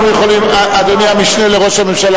אדוני המשנה לראש הממשלה,